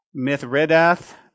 Mithridath